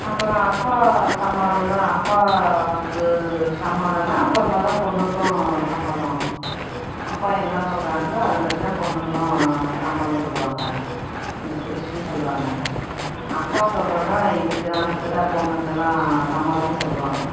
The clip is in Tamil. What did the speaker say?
அப்புறம் அப்பா சம்மதம்ந்தான் அப்பாக்கு சம்மதுனா அப்புறமா தான் பொண்ணுக்கும் சம்மதம் அப்பா என்னா சொல்கிறாங்களோ அது மாதிரி தான் பொண்ணுங்களும் சம்மதம் சொல்லுவாங்க எனக்கு பிடிச்சிருக்குனு சொல்லுவாங்க அப்பா சொல்கிறது தான் எங்கள் கிராமத்துதில் பொண்ணுங்கள்லாம் சம்மதம்ன்னு சொல்லுவாங்க